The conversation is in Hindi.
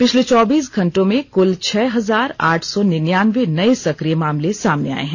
पिछले चौबीस घंटो में कुल छह हजार आठ सौ निन्यानबे नये सक्रिय मामले सामने आए हैं